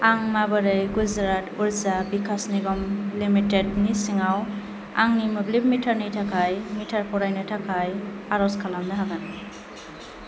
आं माबोरै गुजरात उर्जा बिकास निगम लिमिटेड नि सिङाव आंनि मोब्लिब मिटारनि थाखाय मिटार फरायनो थाखाय आर 'ज खालामनो हागोन